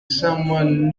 someone